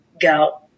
go